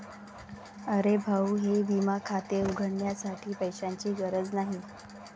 अरे भाऊ ई विमा खाते उघडण्यासाठी पैशांची गरज नाही